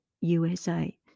USA